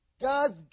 God's